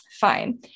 fine